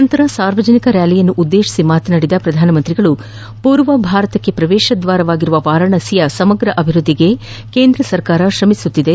ನಂತರ ಸಾರ್ವಜನಿಕ ರ್ಕಾಲಿಯನ್ನು ಉದ್ದೇಶಿಸಿ ಮಾತನಾಡಿದ ನರೇಂದ್ರ ಮೋದಿ ಅವರು ಪೂರ್ವ ಭಾರತಕ್ಕೆ ಪ್ರವೇಶ ದ್ವಾರವಾಗಿರುವ ವಾರಣಾಸಿಯ ಸಮಗ್ರ ಅಭಿವೃದ್ಧಿಗೆ ಕೇಂದ್ರ ಸರ್ಕಾರ ಶ್ರಮಿಸುತ್ತಿದೆ